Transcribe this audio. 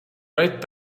right